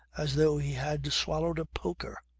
as though he had swallowed a poker.